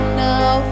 now